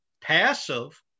passive